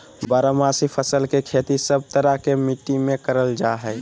बारहमासी फसल के खेती सब तरह के मिट्टी मे करल जा हय